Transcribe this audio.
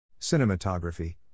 Cinematography